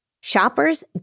Shoppers